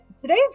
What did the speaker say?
today's